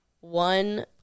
one